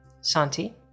Santi